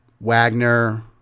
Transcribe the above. Wagner